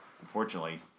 unfortunately